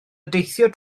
deithio